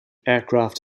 aircraft